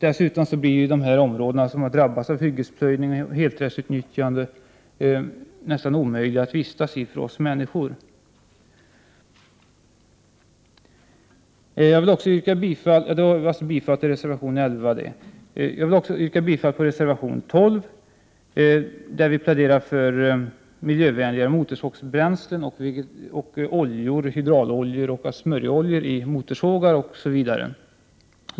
Dessutom blir det nästan omöjligt för oss människor att vistas i de områden som har drabbats av hyggesplöjning och helträdsutnyttjande. Jag yrkar bifall till reservationerna 11 och 12. I den senare pläderar vi för miljövänliga motorsågsbränslen, vegetabilisk olja, hydraulolja, smörjolja för motorsågar osv.